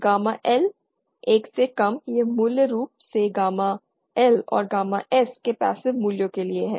gamma L 1 से कम यह मूल रूप से गामा L और गामा S के पैसिव मूल्यों के लिए है